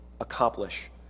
accomplish